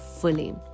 fully